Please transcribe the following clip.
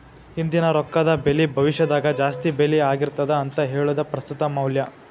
ಇಂದಿನ ರೊಕ್ಕದ ಬೆಲಿ ಭವಿಷ್ಯದಾಗ ಜಾಸ್ತಿ ಬೆಲಿ ಆಗಿರ್ತದ ಅಂತ ಹೇಳುದ ಪ್ರಸ್ತುತ ಮೌಲ್ಯ